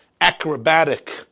acrobatic